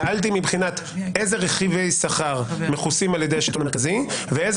שאלתי אילו רכיבי שכר מכוסים על ידי השלטון המרכזי ואילו